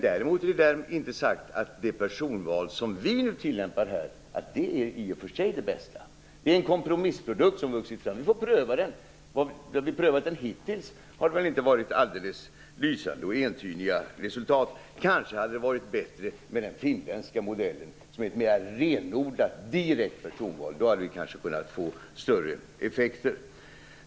Därmed är det inte sagt att det personval vi nu tillämpar i Sverige är det bästa, utan det är en kompromissprodukt som vuxit fram. Vi får pröva den. Där vi prövat den hittills har resultaten inte varit alldeles lysande och entydiga. Kanske hade den finländska modellen, med ett mer renodlat och direkt personval, varit bättre. Med den kanske vi hade kunnat få större effekter.